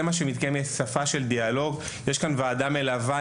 יש ועדה מלווה,